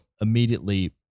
immediately